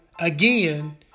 again